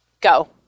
go